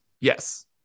Yes